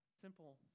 Simple